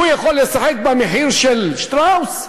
הוא יכול לשחק במחיר של "שטראוס"?